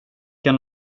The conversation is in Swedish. han